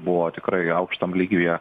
buvo tikrai aukštam lygyje